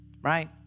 Right